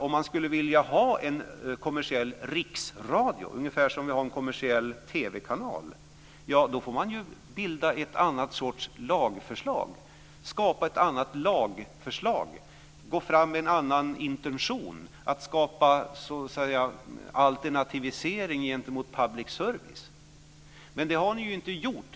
Om man skulle vilja ha en kommersiell riksradio, ungefär som vi har en kommersiell TV-kanal, får man skapa ett annat sorts lagförslag, gå fram med en annan intention att skapa alternativ gentemot public service. Men det har ni ju inte gjort.